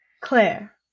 Claire